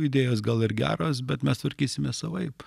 idėjos gal ir geros bet mes tvarkysimės savaip